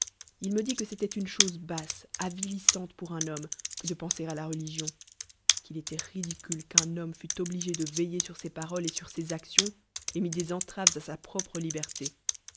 il me dit que c'étoit une chose basse avilissante pour un homme que de penser la ldigion qu'il élo t ridicule qu'un homme fàe obligé de veiller sur ses paroles et ur ses actions et mil des entraves à sil propre liberté